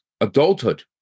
Adulthood